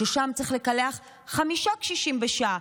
ששם צריך לקלח חמישה קשישים בשעה,